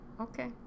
Okay